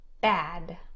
bad